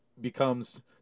becomes